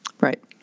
Right